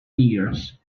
years